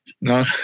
no